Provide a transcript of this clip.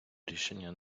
рішення